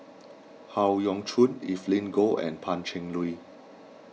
Howe Yoon Chong Evelyn Goh and Pan Cheng Lui